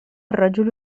الرجل